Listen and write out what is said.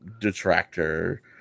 detractor